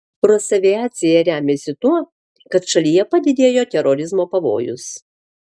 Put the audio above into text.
rosaviacija remiasi tuo kad šalyje padidėjo terorizmo pavojus